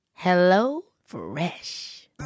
HelloFresh